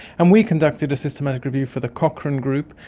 and we conducted a systematic review for the cochrane group.